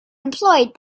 employed